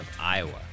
iowa